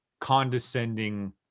condescending